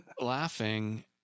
Laughing